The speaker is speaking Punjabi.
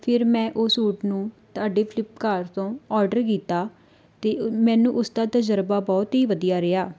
ਫਿਰ ਮੈਂ ਉਹ ਸੂਟ ਨੂੰ ਤੁਹਾਡੇ ਫਲਿੱਪਕਾਰਟ ਤੋਂ ਔਡਰ ਕੀਤਾ ਅਤੇ ਮੈਨੂੰ ਉਸਦਾ ਤਜਰਬਾ ਬਹੁਤ ਹੀ ਵਧੀਆ ਰਿਹਾ